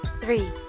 three